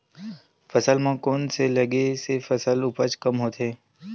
फसल म कोन से लगे से फसल उपज कम होथे?